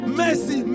mercy